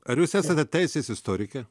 ar jūs esate teisės istorikė